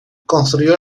construyó